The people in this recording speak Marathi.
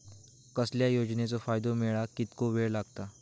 कसल्याय योजनेचो फायदो मेळाक कितको वेळ लागत?